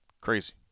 Crazy